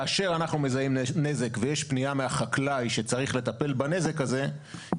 כאשר אנחנו מזהים נזק ויש פנייה מהחקלאי שצריך לטפל בנזק הזה,